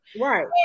Right